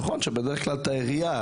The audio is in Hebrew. נכון שבדרך כלל מפעילים את העירייה.